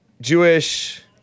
Jewish